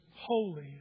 holy